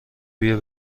بیا